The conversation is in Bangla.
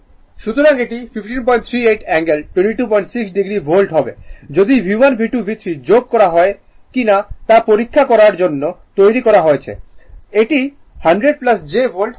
সুতরাং এটি 1538 অ্যাঙ্গেল 226 o ভোল্ট হবে যদি V1 V2 V3 যোগ করে কিনা তা পরীক্ষা করার জন্য তৈরি করা হয়েছে এটি 100 j ভোল্ট হয়ে যাবে